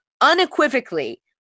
unequivocally